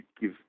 give